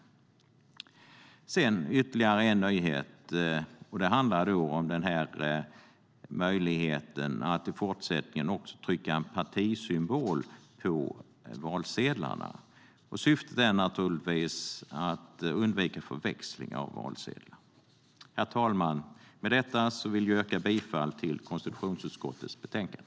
Proportionell fördel-ning av mandat och förhandsanmälan av partier i val Ytterligare en nyhet handlar om möjligheten att i fortsättningen också trycka en partisymbol på valsedlarna. Syftet är naturligtvis att undvika förväxling av valsedlar. Herr talman! Jag yrkar bifall till förslaget i konstitutionsutskottets betänkande.